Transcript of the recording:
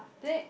then